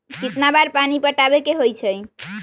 कितना बार पानी पटावे के होई छाई?